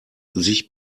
sich